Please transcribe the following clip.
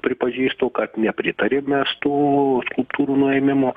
pripažįstu kad nepritarėm mes tų skulptūrų nuėmimo